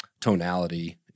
tonality